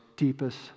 deepest